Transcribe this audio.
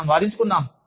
మనం వాదించుకుంటాం